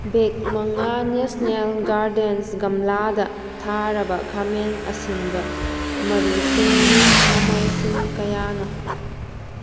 bag ꯃꯉꯥ national gardens ꯒꯝꯂꯥꯗ ꯊꯥꯔꯕ ꯈꯥꯃꯦꯟ ꯑꯁꯤꯟꯕ ꯃꯔꯨꯁꯤꯡꯒꯤ ꯃꯃꯜꯁꯤꯡ ꯀꯌꯥꯅꯣ